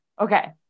Okay